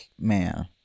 man